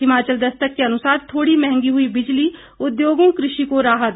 हिमाचल दस्तक के अनुसार थोड़ी मंहगी हुई बिजली उद्योगों कृषि को राहत